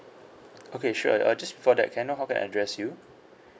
okay sure uh just before that can I know how can I address you